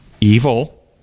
evil